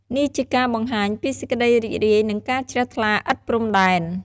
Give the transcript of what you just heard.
នេះជាការបង្ហាញពីសេចក្តីរីករាយ និងការជ្រះថ្លាឥតព្រំដែន។